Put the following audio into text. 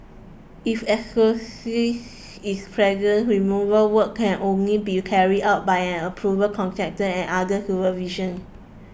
if is present removal work can only be carried out by an approved contractor and under supervision